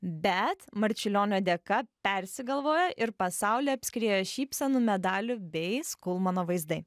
bet marčiulionio dėka persigalvojo ir pasaulį apskriejo šypsenų medalių bei skulmano vaizdai